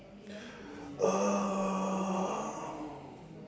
uh